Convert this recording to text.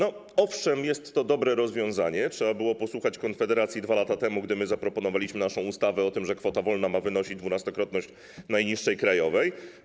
Owszem, jest to dobre rozwiązanie, trzeba było posłuchać Konfederacji 2 lata temu, gdy my zaproponowaliśmy naszą ustawę o tym, że kwota wolna ma wynosić dwunastokrotność najniższej krajowej.